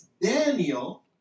Daniel